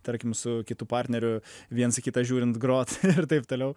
tarkim su kitu partneriu viens į kitą žiūrint grot ir taip toliau